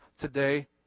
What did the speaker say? today